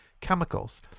chemicals